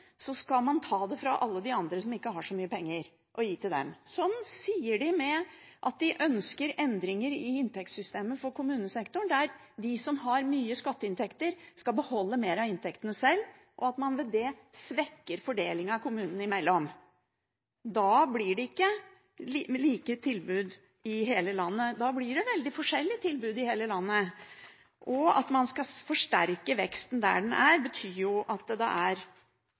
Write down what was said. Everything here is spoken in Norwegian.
at de ønsker endringer i inntektssystemet for kommunesektoren – de som har store skatteinntekter, skal beholde mer av inntektene selv. Ved det svekker man fordelingen kommunene imellom. Da blir det ikke like tilbud i hele landet. Da blir det veldig forskjellige tilbud i hele landet. At man skal forsterke veksten der den er, betyr jo at det